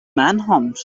manhunt